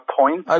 point